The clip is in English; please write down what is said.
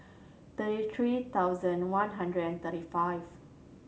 thirty three thousand one hundred and thirty five